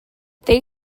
they